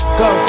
go